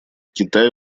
китай